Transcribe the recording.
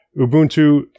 Ubuntu